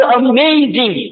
amazing